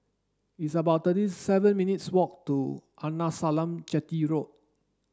it's about thirty seven minutes' walk to Arnasalam Chetty Road